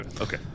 Okay